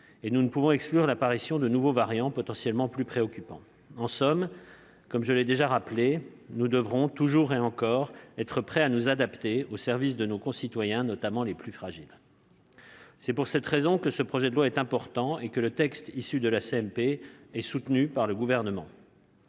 et nous ne pouvons exclure l'apparition de nouveaux variants potentiellement plus préoccupants. En somme, comme je l'ai déjà rappelé, nous devrons toujours et encore être prêts à nous adapter au service de nos concitoyens, notamment des plus fragiles d'entre eux. C'est pour cette raison que ce projet de loi est important et que le texte issu de la commission mixte paritaire est